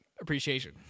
appreciation